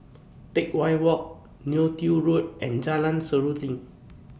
Teck Whye Walk Neo Tiew Road and Jalan Seruling